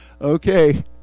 okay